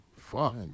fuck